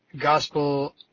gospel